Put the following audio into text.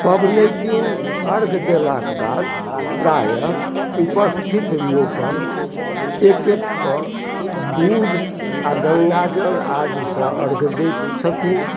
पबनैतिन अर्घ देलाके बाद प्रायः उपस्थित लोकके एक एक कऽ दूध आओर गङ्गाजल आदिसँ अर्घ दैत छथिन